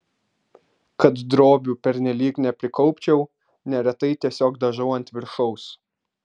kad drobių pernelyg neprikaupčiau neretai tiesiog dažau ant viršaus